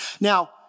Now